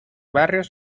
barrios